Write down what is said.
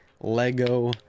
lego